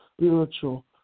spiritual